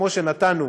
כמו שנתנו